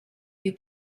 you